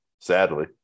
Sadly